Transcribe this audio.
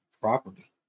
property